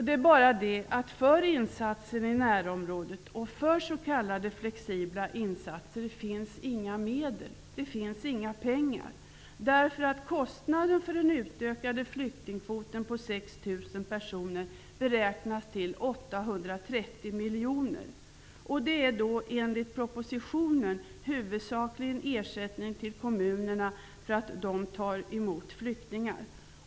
Det är bara det att för insatser i närområdet och för s.k. flexibla insatser finns inga pengar. Kostnaden för den utökade flyktingkvoten på 6 000 personer beräknas till 830 miljoner. Det är då enligt propositionen huvudsakligen fråga om ersättning till kommunerna för att de tar emot flyktingar.